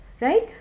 right